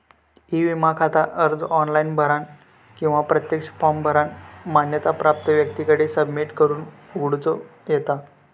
E विमा खाता अर्ज ऑनलाइन भरानं किंवा प्रत्यक्ष फॉर्म भरानं मान्यता प्राप्त व्यक्तीकडे सबमिट करून उघडूक येता